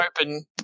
open